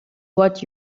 what